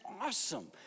awesome